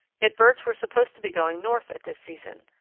yet birds were supposed to be going north at this season.